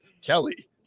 Kelly